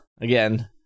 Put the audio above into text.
again